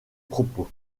propos